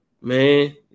man